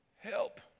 Help